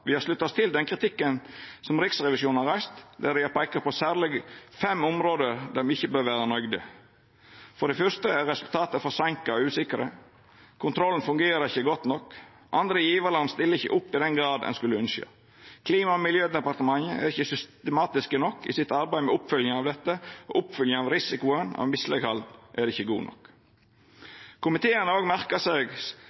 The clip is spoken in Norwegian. har me slutta oss til den kritikken som Riksrevisjonen har reist, der dei har peika på særleg fem område me ikkje bør vera nøgde med. For det fyrste er resultata forseinka og usikre, kontrollen fungerer ikkje godt nok, andre gjevarland stiller ikkje opp i den grad ein skulle ynskje, Klima- og miljødepartementet er ikkje systematisk nok i arbeidet sitt med oppfølginga av dette, og oppfølginga av risikoen for misleghald er ikkje god nok.